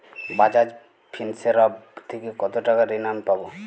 Bajaj Finserv থেকে কতো টাকা ঋণ আমি পাবো?